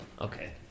Okay